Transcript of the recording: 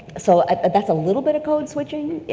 so that's a little bit of code-switching. yeah